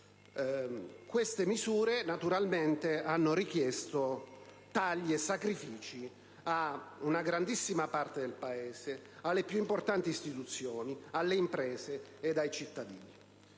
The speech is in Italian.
Queste misure naturalmente hanno richiesto tagli e sacrifici ad una grandissima parte del Paese, alle più importanti istituzioni, alle imprese ed ai cittadini.